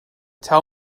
tell